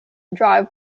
drive